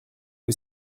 que